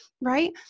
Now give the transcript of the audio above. right